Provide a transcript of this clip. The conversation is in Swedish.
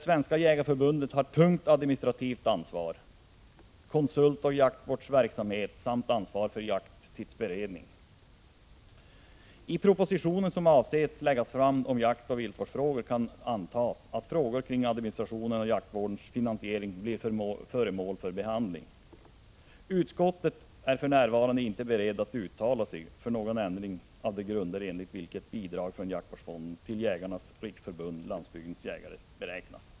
Svenska jägareförbundet har ett tungt administrativt ansvar, bedriver konsulentverksamhet och jaktvårdsverksamhet samt har ansvar för jakttidsberedningen. Det kan antas att frågor kring administrationen och jaktvårdens finansiering blir föremål för behandling i den kommande propositionen om jaktoch viltvårdsfrågor. Utskottet är för närvarande inte berett att uttala sig för någon ändring av de grunder enligt vilka bidraget från jaktvårdsfonden till Jägarnas riksförbund-Landsbygdens jägare beräknas.